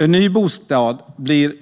En ny bostad blir